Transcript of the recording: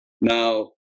Now